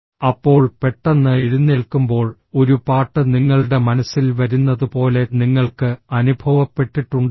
അപ്പോൾ പെട്ടെന്ന് എഴുന്നേൽക്കുമ്പോൾ ഒരു പാട്ട് നിങ്ങളുടെ മനസ്സിൽ വരുന്നത് പോലെ നിങ്ങൾക്ക് അനുഭവപ്പെട്ടിട്ടുണ്ടാകും